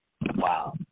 Wow